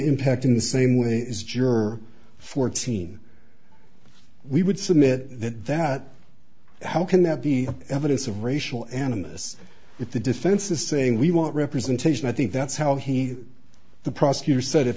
impact in the same way as juror fourteen we would submit that that how can that be evidence of racial animus if the defense is saying we want representation i think that's how he the prosecutor said if